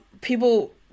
people